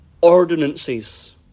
ordinances